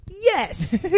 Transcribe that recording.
Yes